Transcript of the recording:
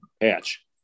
patch